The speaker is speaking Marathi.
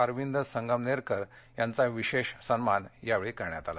अरविंद संगमनेरकर यांचा विशेष सन्मान या वेळी करण्यात आला